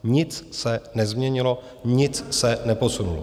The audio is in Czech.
Nic se nezměnilo, nic se neposunulo.